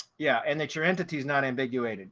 yeah, and that your entity is not ambiguous.